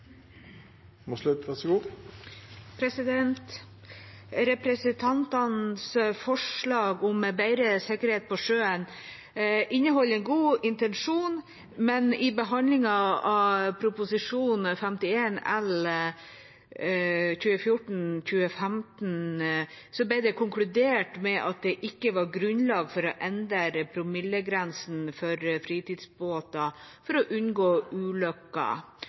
om bedre sikkerhet på sjøen har en god intensjon, men i behandlingen av Prop. 51 L for 2014–2015 ble det konkludert med at det ikke var grunnlag for å endre promillegrensa for fritidsbåter for å unngå ulykker.